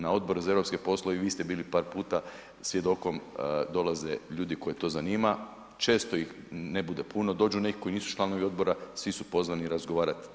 Na Odboru za europske poslove i vi ste bili par puta svjedokom, dolaze ljudi koje to zanima, često ih ne bude puno, dođu neki koji nisu članovi odbora, svi su pozvani razgovarat.